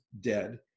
dead